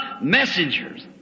messengers